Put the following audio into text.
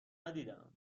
ندیدم